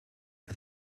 for